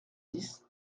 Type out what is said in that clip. dix